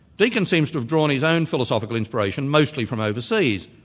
deakin seems to have drawn his own philosophical inspiration mostly from overseas,